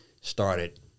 started